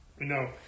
No